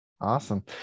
Awesome